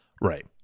Right